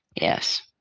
Yes